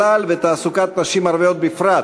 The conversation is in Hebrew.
בכלל ותעסוקת נשים ערביות בפרט,